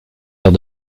arts